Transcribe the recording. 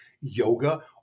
yoga